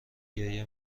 گریه